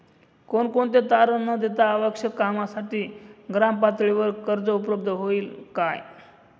कोणतेही तारण न देता आवश्यक कामासाठी ग्रामपातळीवर कर्ज उपलब्ध होईल का?